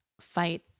fight